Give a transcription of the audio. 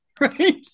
Right